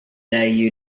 day